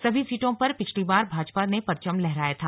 सभी सीटों पर पिछली बार भाजपा ने परचम लहराया था